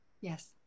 Yes